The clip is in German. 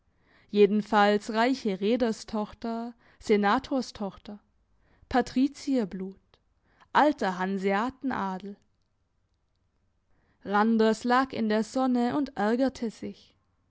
jedenfalls reiche reederstochter senatorstochter patrizierblut alter hanseatenadel randers lag in der sonne und ärgerte sich